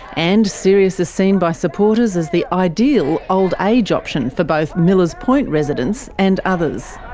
and sirius is seen by supporters as the ideal old age option for both millers point residents and others.